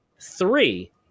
three